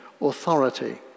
authority